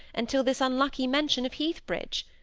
until this unlucky mention of heathbridge.